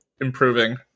improving